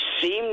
seem